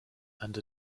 and